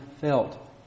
felt